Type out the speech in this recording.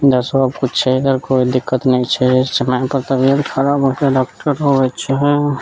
इधर सब किछु छै इधर कोइ दिक्कत नहि छै समयपर तबियत खराब होइपर डॉक्टर अबै छै